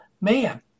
man